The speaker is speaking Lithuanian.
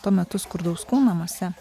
tuo metu skurdaus kūno mase